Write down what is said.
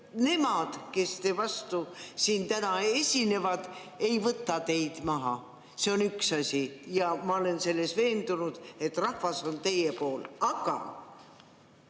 nemad, kes teie vastu siin täna esinevad, ei võta teid maha. See on üks asi. Ja ma olen selles veendunud, et rahvas on teie poolt, aga